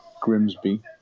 Grimsby